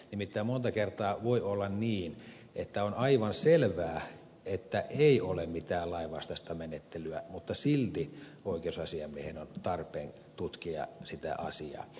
nimittäin monta kertaa voi olla niin että on aivan selvää että ei ole mitään lainvastaista menettelyä mutta silti oikeusasiamiehen on tarpeen tutkia sitä asiaa